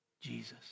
Jesus